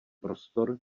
prostor